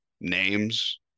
names